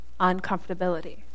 uncomfortability